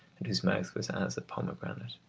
and whose mouth was as a pomegranate.